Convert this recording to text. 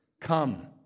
come